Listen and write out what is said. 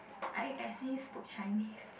I accidentally spoke Chinese